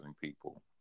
people